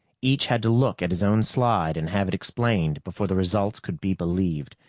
each had to look at his own slide and have it explained before the results could be believed.